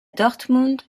dortmund